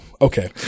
okay